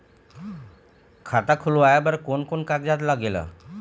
खाता खुलवाय बर कोन कोन कागजात लागेल?